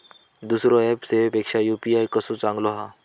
दुसरो ऍप सेवेपेक्षा यू.पी.आय कसो चांगलो हा?